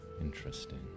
Interesting